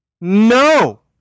No